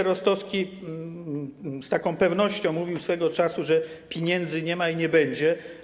Rostowski z taką pewnością mówił swego czasu, że „piniędzy nie ma i nie będzie”